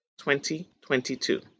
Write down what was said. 2022